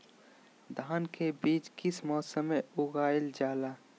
धान के बीज किस मौसम में उगाईल जाला?